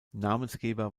namensgeber